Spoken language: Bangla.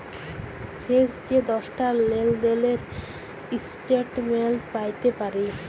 শেষ যে দশটা লেলদেলের ইস্ট্যাটমেল্ট প্যাইতে পারি